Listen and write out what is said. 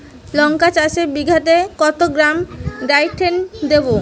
লঙ্কা চাষে বিঘাতে কত গ্রাম ডাইথেন দেবো?